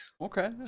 okay